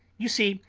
you see,